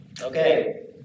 Okay